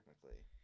technically